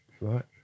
Right